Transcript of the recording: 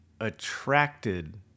attracted